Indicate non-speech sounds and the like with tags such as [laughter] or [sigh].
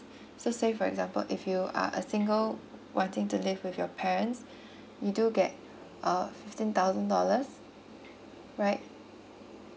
so say for example if you are a single wanting to live with your parents [breath] you do get a fifteen thousand dollars right